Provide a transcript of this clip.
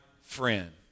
friend